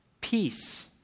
peace